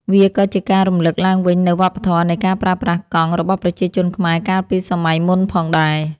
វាក៏ជាការរំលឹកឡើងវិញនូវវប្បធម៌នៃការប្រើប្រាស់កង់របស់ប្រជាជនខ្មែរកាលពីសម័យមុនផងដែរ។